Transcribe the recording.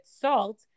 salt